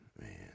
man